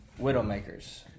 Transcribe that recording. widowmakers